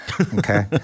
okay